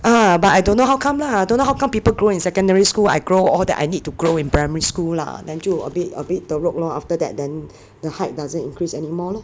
uh but I don't know how come lah don't know how come people grow in secondary school I grow all that I need to grow in primary school lah then 就 a bit a bit teruk lor after that then the height doesn't increase anymore lor